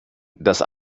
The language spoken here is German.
das